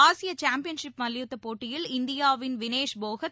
ஆசிய சாம்பியன்ஷிப் மல்யுத்தப் போட்டியில் இந்தியாவில் வினேஷ் போகத்